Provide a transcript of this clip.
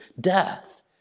death